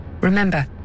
Remember